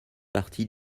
partie